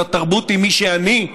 התרבות היא מי שאני,